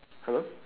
hello